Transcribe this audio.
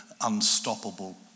unstoppable